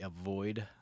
avoid